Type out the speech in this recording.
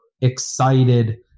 excited